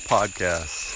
Podcast